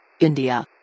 India